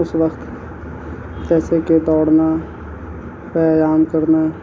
اس وقت جیسے کہ دوڑنا ویایام کرنا